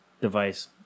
device